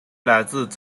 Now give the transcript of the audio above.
来自